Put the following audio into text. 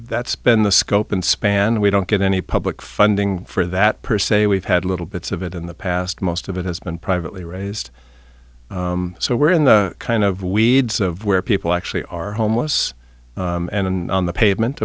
that's been the scope and span we don't get any public funding for that per se we've had little bits of it in the past most of it has been privately raised so we're in the kind of weeds of where people actually are homeless and on the pavement